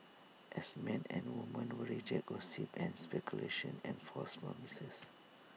as men and women we reject gossip and speculation and false promises